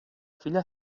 filla